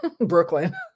Brooklyn